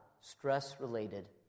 stress-related